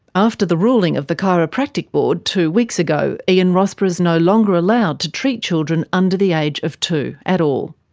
after the ruling of the chiropractic board two weeks ago, ian rossborough is no longer allowed to treat children under the age of two at all.